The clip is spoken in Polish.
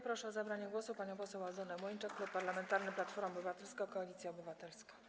Proszę o zabranie głosu panią poseł Aldonę Młyńczak, Klub Parlamentarny Platforma Obywatelska - Koalicja Obywatelska.